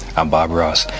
i'm bob ross.